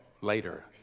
later